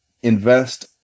invest